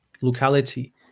locality